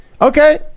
okay